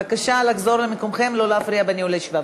בבקשה לחזור למקומכם, לא להפריע בניהול הישיבה.